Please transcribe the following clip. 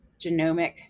genomic